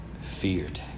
feared